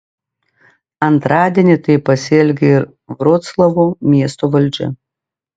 antradienį taip pasielgė ir vroclavo miesto valdžia